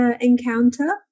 encounter